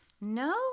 no